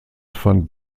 fand